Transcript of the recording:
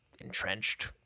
entrenched